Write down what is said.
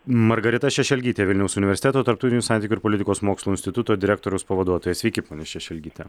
margarita šešelgytė vilniaus universiteto tarptautinių santykių ir politikos mokslų instituto direktoriaus pavaduotoja sveiki ponia šešelgyte